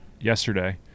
yesterday